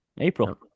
April